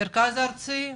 מרכז ארצי,